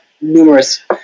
numerous